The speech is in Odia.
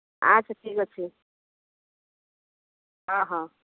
ଆ ସେତିକି ଅଛି ଅ ହଁ